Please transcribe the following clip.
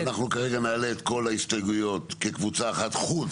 אנחנו כרגע נעלה את כל ההסתייגויות כקבוצה אחת חוץ